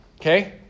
Okay